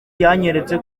yanyeretse